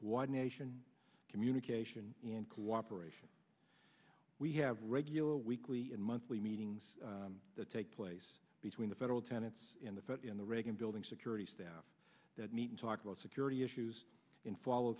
coordination communication and cooperation we have regular weekly and monthly meetings that take place between the federal tenants in the foot in the reagan building security staff that meet and talk about security issues in follow